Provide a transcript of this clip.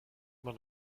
man